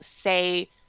say